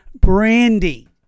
Brandy